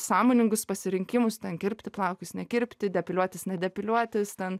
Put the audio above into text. sąmoningus pasirinkimus ten kirpti plaukus nekirpti depiliuotis nedepiliuotis ten